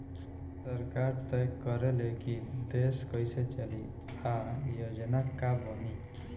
सरकार तय करे ले की देश कइसे चली आ योजना का बनी